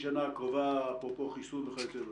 השנה הקרובה כמו חיסון וכיוצא בזה.